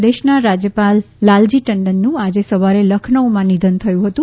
મધ્યપ્રદેશના રાજ્યપાલ લાલજી ટંડનનું આજે સવારે લખનૌમાં નિધન થયું હતું